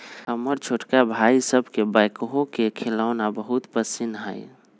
हमर छोटका भाई सभके बैकहो के खेलौना बहुते पसिन्न हइ